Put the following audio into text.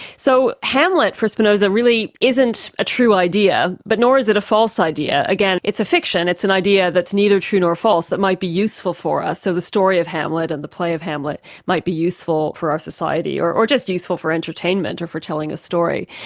so hamlet for spinoza really isn't a true idea but nor is it false idea. again, it's a fiction, it's an idea that's neither true nor false, that might be useful for us. so the story of hamlet and the play of hamlet might be useful for our society, or or just useful for entertainment or for telling a story.